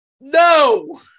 No